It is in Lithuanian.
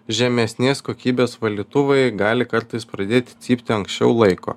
žemesnės kokybės valytuvai gali kartais pradėti cypti anksčiau laiko